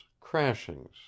crashings